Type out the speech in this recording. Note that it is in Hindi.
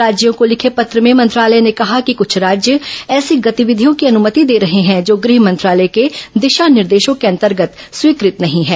राज्यों को लिखे पत्र में मंत्रालय ने कहा है कि कृष्ठ राज्य ऐसी गतिविधियों की अनुमति दे रहे हैं जो गृह मंत्रालय के दिशा निर्देशों के अंतर्गत स्वीकृत नहीं है